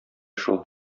шул